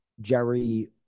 Jerry